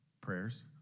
prayers